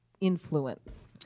influence